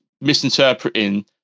misinterpreting